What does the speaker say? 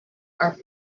are